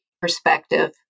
perspective